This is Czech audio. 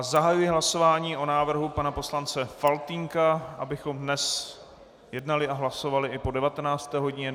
Zahajuji hlasování o návrhu pana poslance Faltýnka, abychom dnes jednali a hlasovali i po 19. hodině.